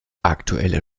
aktueller